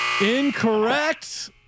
incorrect